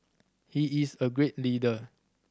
he is a great leader